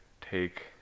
take